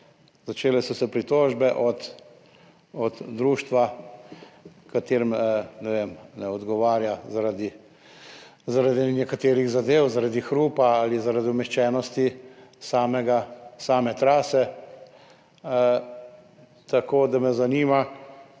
Začele so se pritožbe od društva, ki jim, ne vem, ne odgovarja zaradi nekaterih zadev, zaradi hrupa ali zaradi umeščenosti same trase. Tako da me zanima: